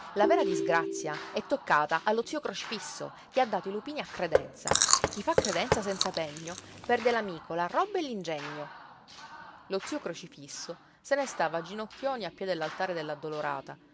la vera disgrazia è toccata allo zio crocifisso che ha dato i lupini a credenza chi fa credenza senza pegno perde l'amico la roba e l'ingegno lo zio crocifisso se ne stava ginocchioni a piè dell'altare dell'addolorata